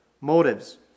motives